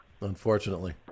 Unfortunately